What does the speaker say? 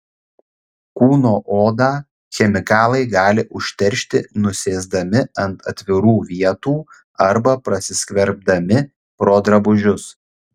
kūno odą chemikalai gali užteršti nusėsdami ant atvirų vietų arba prasiskverbdami pro drabužius